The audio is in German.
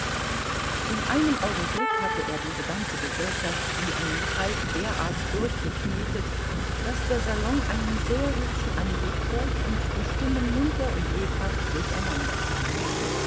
in einem augenblick hatte er diese ganze gesellschaft wie einen teig derart durchgeknetet daß der salon einen sehr hübschen anblick bot und die stimmen munter und lebhaft